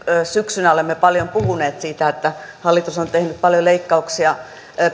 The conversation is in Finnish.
syksynä olemme paljon puhuneet siitä että hallitus on tehnyt paljon leikkauksia